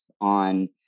on